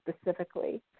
specifically